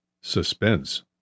Suspense